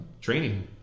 training